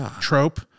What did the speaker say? trope